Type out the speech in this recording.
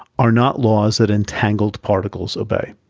are not laws that entangled particles obey.